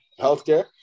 healthcare